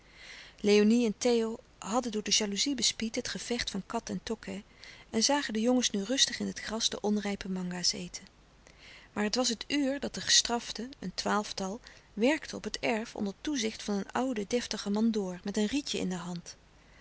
léonie en theo hadden door de jalouzie bespied het gevecht van kat en tokkè en zagen de jongens nu rustig in het gras de onrijpe manga's louis couperus de stille kracht eten maar het was het uur dat de gestraften een twaalftal werkten op het erf onder toezicht van een ouden deftigen mandoor met een rietje in de hand